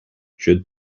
should